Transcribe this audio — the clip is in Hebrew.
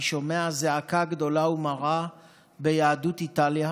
אני שומע זעקה גדולה ומרה ביהדות איטליה,